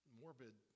morbid